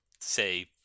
say